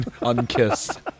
Unkissed